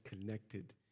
connected